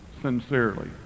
sincerely